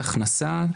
הכנסה,